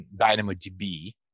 DynamoDB